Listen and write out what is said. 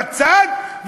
בצד,